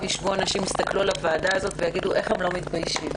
יישבו אנשים ויסתכלו על הוועדה הזאת ויגידו: איך הם לא מתביישים?